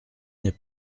n’est